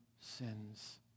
sins